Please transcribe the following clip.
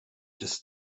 des